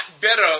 better